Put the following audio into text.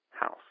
house